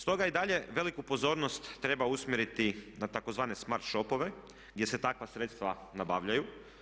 Stoga i dalje veliku pozornost treba usmjeriti na tzv. smart shopove gdje se takva sredstva nabavljaju.